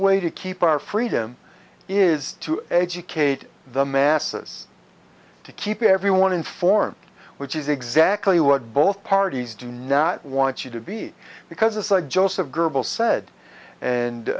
way to keep our freedom is to educate the masses to keep everyone informed which is exactly what both parties do not want you to be because it's like joseph